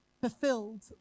fulfilled